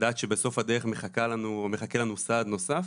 לדעת שבסוף הדרך מחכה לנו סעד נוסף